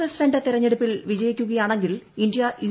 president തിരഞ്ഞെട്ടുപ്പിൽ വിജയിക്കുകയാ ണെങ്കിൽ ഇന്ത്യ യു